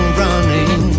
running